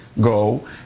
go